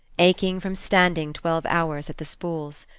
aching from standing twelve hours at the spools.